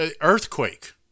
Earthquake